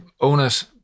owners